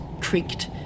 creaked